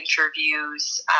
interviews